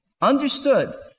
understood